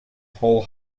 whole